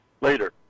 later